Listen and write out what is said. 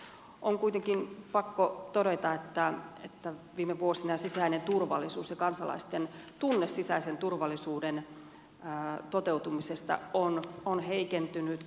on kuitenkin pakko todeta että viime vuosina sisäinen turvallisuus ja kansalaisten tunne sisäisen turvallisuuden toteutumisesta on heikentynyt